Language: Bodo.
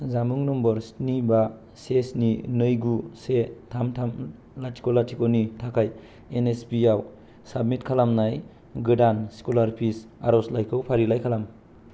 जानबुं नम्बर स्नि बा से स्नि नै गु से थाम थाम लाथिख' लाथिख' नि थाखाय एन एस पि आव साबमिट खालामनाय गोदान स्कूलारपिस आर'जलाइखौ फारिलाइ खालाम